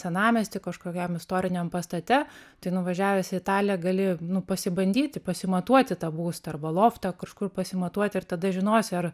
senamiesty kažkokiam istoriniam pastate tai nuvažiavęs į italiją gali pasibandyti pasimatuoti tą būstą arba loftą kažkur pasimatuoti ir tada žinosi ar